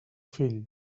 fill